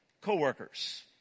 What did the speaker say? co-workers